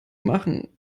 machen